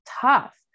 tough